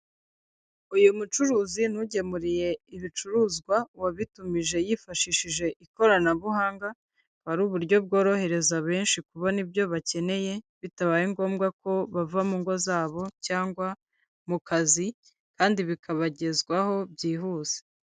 Uyu mucuruzi n'ugemuriye ibicuruzwa wabitumije yifashishije ikoranabuhanga. ari uburyo bworohereza benshi kubona ibyo bakeneye bitabaye ngombwa ko bava mu ngo zabo cyangwa mukazi kandi bikabagezwaho byihuse.